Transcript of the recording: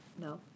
No